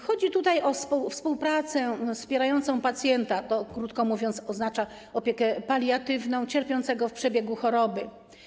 Chodzi o współpracę wspierającą pacjenta - to, krótko mówiąc, oznacza opiekę paliatywną - cierpiącego w przebiegu choroby.